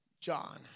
John